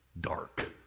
Dark